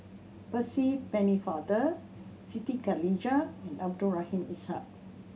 Percy Pennefather Siti Khalijah and Abdul Rahim Ishak